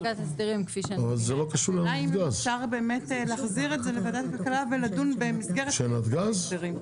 אולי אם אפשר באמת להחזיר את זה לוועדת הכלכלה ולדון במסגרת ההסדרים,